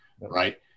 right